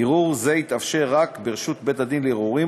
ערעור זה יתאפשר רק ברשות בית-הדין לערעורים